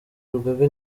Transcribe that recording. urugaga